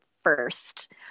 first